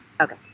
okay